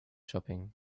shopping